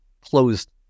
closed